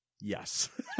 Yes